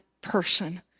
person